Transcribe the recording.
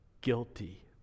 guilty